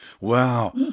Wow